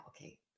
okay